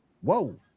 Whoa